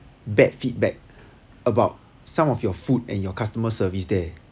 bad feedback about some of your food and your customer service there